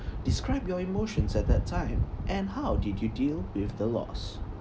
describe your emotions at that time and how did you deal with the loss